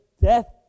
death